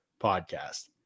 Podcast